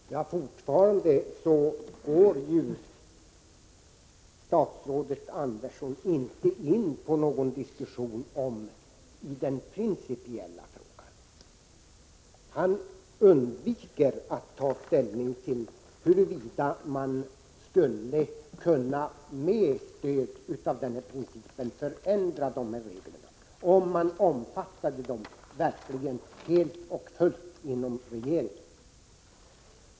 Fru talman! Fortfarande går statsrådet Andersson inte in på någon 7maj 1987 diskussion om den principiella frågan. Han undviker att ta ställning till huruvida man, med stöd av denna princip, skulle kunna ändra reglerna, om regeringen verkligen helt och fullt omfattade denna princip.